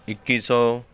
ਇੱਕੀ ਸੌ